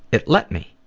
it let me.